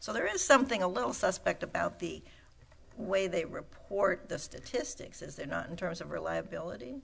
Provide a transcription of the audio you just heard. so there is something a little suspect about the way they report the statistics is there not in terms of reliability